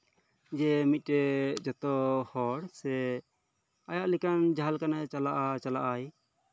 ᱡᱮ ᱢᱤᱫ ᱴᱮᱱ ᱡᱷᱚᱛᱚ ᱦᱚᱲ ᱥᱮ ᱟᱭᱟᱜ ᱞᱮᱠᱟᱱ ᱡᱟᱦᱟᱸ ᱞᱮᱠᱟᱱᱟᱜ ᱪᱟᱞᱟᱜᱼᱟ ᱪᱟᱞᱟᱜᱼᱟᱭ